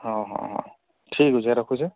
ହଁ ହଁ ହଁ ଠିକ୍ ଅଛି ଭାଇ ରଖୁଛି